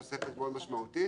תוספת מאוד משמעותית.